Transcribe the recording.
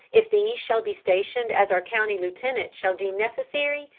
if these shall be stationed as our county lieutenant shall deem necessary,